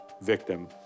victim